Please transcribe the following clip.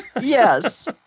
Yes